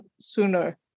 sooner